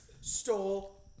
Stole